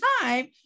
time